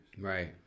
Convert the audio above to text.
Right